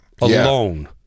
alone